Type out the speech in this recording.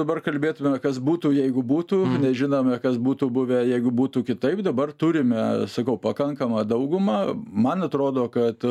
dabar kalbėtume kas būtų jeigu būtų nežinome kas būtų buvę jeigu būtų kitaip dabar turime sakau pakankamą daugumą man atrodo kad